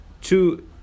two